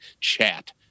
chat